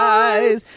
eyes